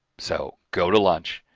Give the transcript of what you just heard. so, go to lunch,